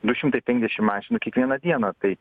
du šimtai penkiasdešim mašinų kiekvieną dieną tai